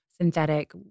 synthetic